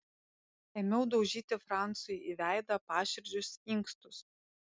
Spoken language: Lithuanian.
ėmiau daužyti francui į veidą paširdžius inkstus